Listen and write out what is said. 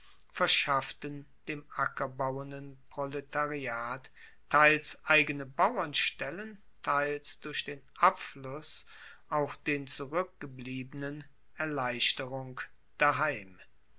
verschafften dem ackerbauenden proletariat teils eigene bauernstellen teils durch den abfluss auch den zurueckgebliebenen erleichterung daheim